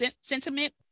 sentiment